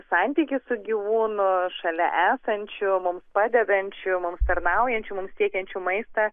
santykis su gyvūnu šalia esančių mums padedančių mums tarnaujančių mums tiekiančių maistą